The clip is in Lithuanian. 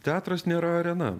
teatras nėra arena